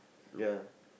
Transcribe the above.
ya